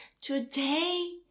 Today